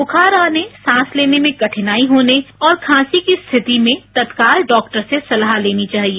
युखार आने सांस लेने में कठिनाई होने और खांसी की रिचति में तत्काल डॉक्टर से सलाह लेनी चाहिए